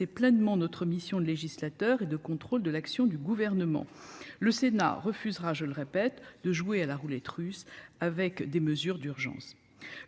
exercer pleinement notre rôle de législateur et notre mission de contrôle de l'action du Gouvernement. Le Sénat refusera, je le répète, de jouer à la roulette russe avec des mesures d'urgence.